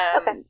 Okay